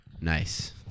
Nice